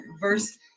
verse